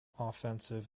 offensive